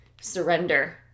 surrender